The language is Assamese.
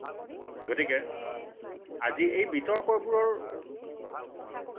গতিকে আজি এই বিতৰ্কবোৰৰ